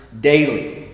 daily